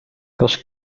los